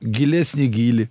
gilesnį gylį